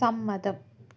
സമ്മതം